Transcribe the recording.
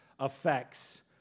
effects